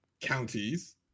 counties